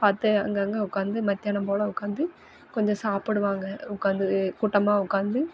பார்த்து அங்கேங்க உட்காந்து மத்தியானம் போல் உட்காந்து கொஞ்சம் சாப்பிடுவாங்க உட்காந்து கூட்டமாக உட்காந்து